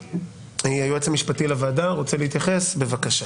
היועץ המשפטי לוועדה רוצה להתייחס, בבקשה.